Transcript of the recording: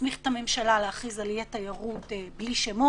שמסמיך את הממשלה להכריז על איי תיירות בלי שמות,